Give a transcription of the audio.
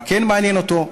מה כן מעניין אותו?